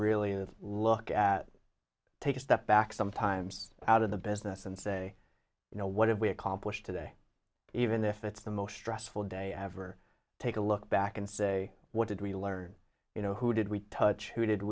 really and look at take a step back sometimes out of the business and say you know what have we accomplished today even if it's the most stressful day ever take a look back and say what did we learn you know who did we touch who did